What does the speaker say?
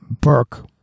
Burke